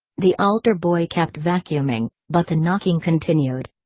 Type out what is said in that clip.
the altar boy kept vacuuming, but the knocking continued.